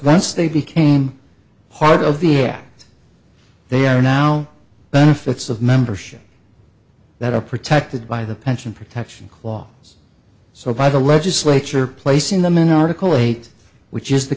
once they became part of the act they are now benefits of membership that are protected by the pension protection clause so by the legislature placing them in article eight which is the